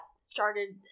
started